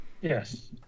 yes